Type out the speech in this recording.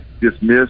dismissed